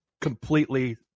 completely